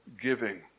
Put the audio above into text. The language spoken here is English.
giving